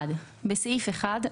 (1)בסעיף 1,